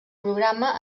programa